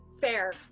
Fair